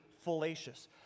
fallacious